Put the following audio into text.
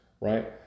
Right